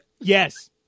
Yes